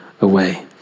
away